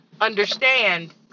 understand